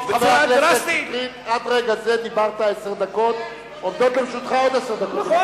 חבר הכנסת שטרית, עד רגע זה דיברת עשר דקות.